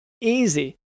Easy